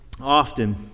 often